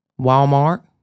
Walmart